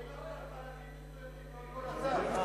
רק על חלקים מסוימים,